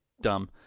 dumb